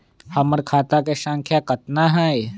हमर खाता के सांख्या कतना हई?